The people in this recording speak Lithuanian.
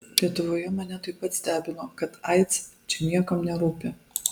lietuvoje mane taip pat stebino kad aids čia niekam nerūpi